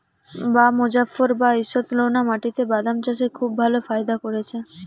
বাঃ মোজফ্ফর এবার ঈষৎলোনা মাটিতে বাদাম চাষে খুব ভালো ফায়দা করেছে